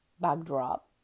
backdrop